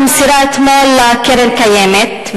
נמסרה אתמול לקרן הקיימת,